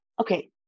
okay